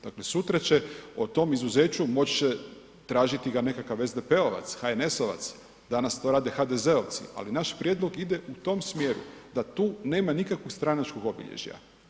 Dakle, sutra će o tom izuzeću moći će tražiti ga nekakav SDP-ovac, HNS-ovac, danas to rade HDZ-ovci, ali naš prijedlog ide u tom smjeru da tu nema nikakvog stranačkog obilježja.